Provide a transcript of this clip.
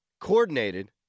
coordinated